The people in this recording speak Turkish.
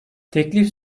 teklif